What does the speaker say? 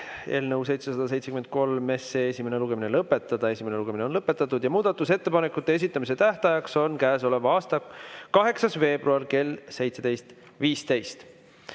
lõpetada. Esimene lugemine on lõpetatud. Ja muudatusettepanekute esitamise tähtaeg on käesoleva aasta 8. veebruar kell 17.15.